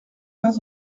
pas